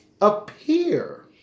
appear